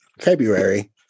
February